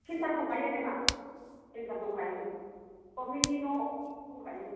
centre दंखायो जोंहा centre दंखायोमोन गभर्नमेन्ट नि न' दंखायो